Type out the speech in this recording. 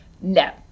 No